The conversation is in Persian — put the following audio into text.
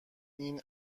این